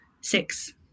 six